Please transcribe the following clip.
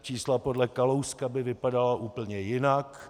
Čísla podle Kalouska by vypadala úplně jinak.